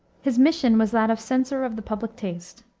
his mission was that of censor of the public taste.